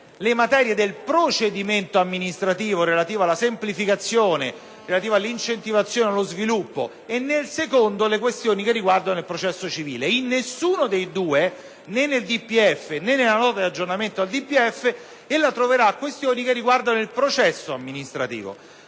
le materie del procedimento amministrativo relativo alla semplificazione e all’incentivazione allo sviluppo e, nel secondo, le questioni che riguardano il processo civile. In nessuno dei due, ne´ nel DPEF, ne´ nella Nota di aggiornamento allo stesso, ella trovera questioni che riguardano il processo amministrativo.